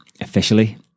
officially